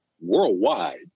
worldwide